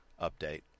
update